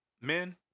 men